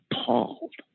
appalled